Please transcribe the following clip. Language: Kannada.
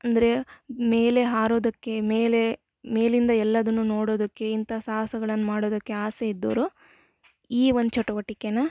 ಅಂದರೆ ಮೇಲೆ ಹಾರೋದಕ್ಕೆ ಮೇಲೆ ಮೇಲಿಂದ ಎಲ್ಲದನ್ನು ನೋಡೋದಕ್ಕೆ ಇಂಥಾ ಸಾಹಸಗಳನ್ನು ಮಾಡೋದಕ್ಕೆ ಆಸೆ ಇದ್ದೋರು ಈ ಒಂದು ಚಟುವಟಿಕೆನ